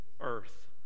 earth